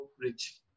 Bridge